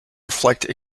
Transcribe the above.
reflect